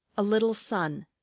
a little son,